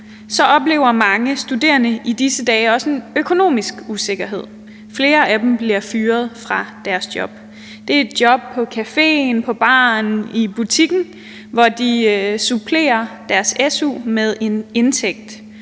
det oplever mange studerende i disse dage også en økonomisk usikkerhed. Flere af dem bliver fyret fra deres job. Det er job på cafeen, på baren, i butikken, hvor de supplerer deres su med en indtægt,